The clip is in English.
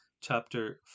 chapter